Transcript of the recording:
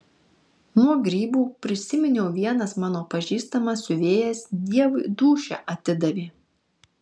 nuo grybų prisiminiau vienas mano pažįstamas siuvėjas dievui dūšią atidavė